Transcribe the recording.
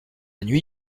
nuit